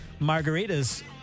margaritas